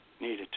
needed